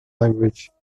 language